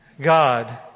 God